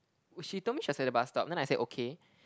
she told me she was at the bus stop then I say okay